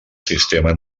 sistema